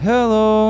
Hello